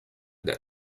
that